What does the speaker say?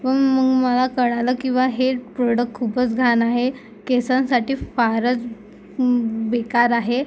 पण मग मला कळालं की बुवा हे प्रोडक्ट खूपच घाण आहे केसांसाठी फारच बेकार आहे